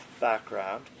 background